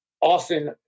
often